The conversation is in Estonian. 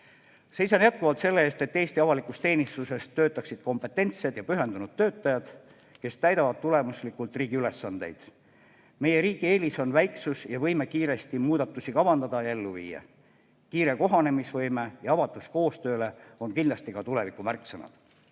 Seisan jätkuvalt selle eest, et Eesti avalikus teenistuses töötaksid kompetentsed ja pühendunud töötajad, kes täidavad tulemuslikult riigi ülesandeid. Meie riigi eelis on väiksus ja võime kiiresti muudatusi kavandada ja ellu viia. Kiire kohanemisvõime ja avatus koostööle on kindlasti ka tuleviku märksõnad.